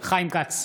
חיים כץ,